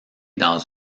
dans